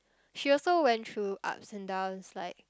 she also went through ups and downs like